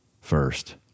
first